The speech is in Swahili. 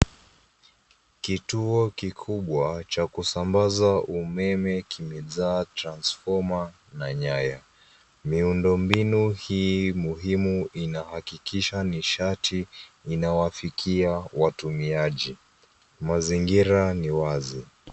Kituo kikubwa cha kusambaza umeme kimejaa transfoma na nyaya. Miundombinu hii muhimu inahakikisha nishati inawafikia watumiaji. Mazingira ni wazi.